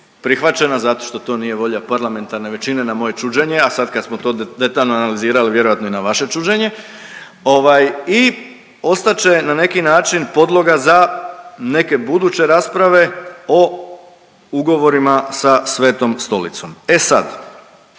prihvaćena zato što to nije volja parlamentarne većine na moje čuđenje, a sad kad smo to detaljno analizirali vjerojatno i na vaše čuđenje. I ostat će na neki način podloga za neke buduće rasprave o ugovorima sa Svetom Stolicom. E sad,